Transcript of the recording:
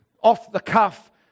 off-the-cuff